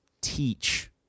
teach